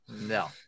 No